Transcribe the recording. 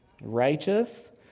righteous